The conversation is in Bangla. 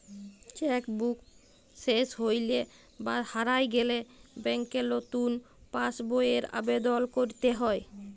চ্যাক বুক শেস হৈলে বা হারায় গেলে ব্যাংকে লতুন পাস বইয়ের আবেদল কইরতে হ্যয়